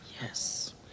Yes